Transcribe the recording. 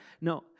No